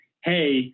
Hey